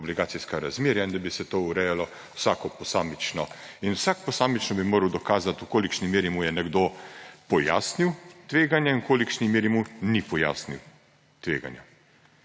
obligacijska razmerja in da bi se to urejalo vsako posamično. Vsak posamično bi moral dokazati, v kolikšni meri mu je nekdo pojasnil tveganje in v kolikšni meri mu ni pojasnil tveganja.